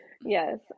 yes